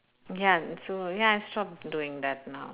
ya and so ya I stopped doing that now